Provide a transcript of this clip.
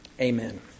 Amen